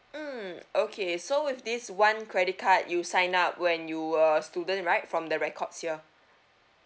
mm okay so with this one credit card you signed up when you were student right from the records here